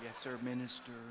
yes sir minister